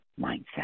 mindset